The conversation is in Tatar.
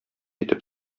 итеп